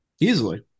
Easily